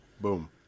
Boom